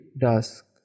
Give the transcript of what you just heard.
dusk